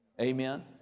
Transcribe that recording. Amen